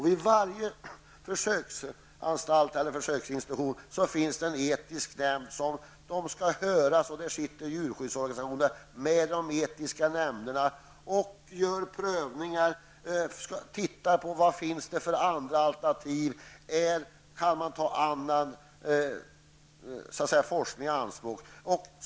Vid varje försöksinstitution finns det en etisk nämnd som skall höras. I de etiska nämnderna är djurskyddsorganisationerna representerade. Man ser efter om det finns några andra alternativ, och man frågar sig om annan forskning kan tas i anspråk.